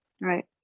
Right